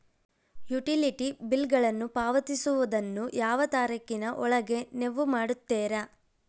Utility ಬಿಲ್ಲುಗಳನ್ನು ಪಾವತಿಸುವದನ್ನು ಯಾವ ತಾರೇಖಿನ ಒಳಗೆ ನೇವು ಮಾಡುತ್ತೇರಾ?